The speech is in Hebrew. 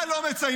מה לא מציינים?